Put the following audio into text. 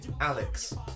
Alex